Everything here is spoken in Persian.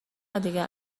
دیگر